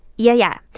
yeah. yeah.